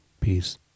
Peace